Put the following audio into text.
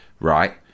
right